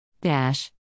Dash